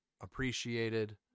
appreciated